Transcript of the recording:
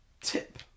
tip